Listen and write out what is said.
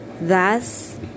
Thus